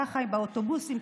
ככה באוטובוסים,